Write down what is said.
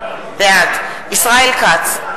בעד ישראל כץ,